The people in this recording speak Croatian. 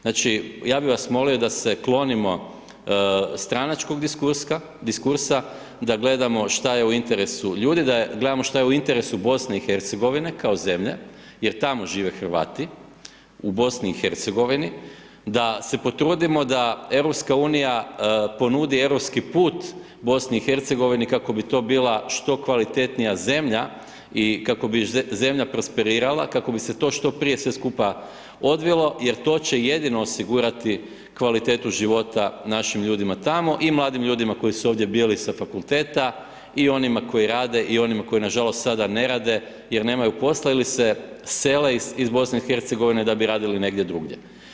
Znači ja bi vas molio da se klonimo stranačkog diskursa, da gledamo šta je u interesu ljudi, da gledamo šta je u interesu BiH-a kao zemlje jer tamo žive Hrvati, u BiH-u, da se potrudimo da EU ponudi europski put BiH-u kako bi to bila što kvalitetnija zemlja i kako bi zemlje prosperirala kako bi se to što prije sve skupa odvilo jer to će jedino osigurati kvalitetu života našim ljudima tamo i mladim ljudima koji su ovdje bili sa fakulteta i onima koji rade i onima koji nažalost sada ne rade jer nemaju posla ili se sele iz BiH-a da bi radili negdje drugdje.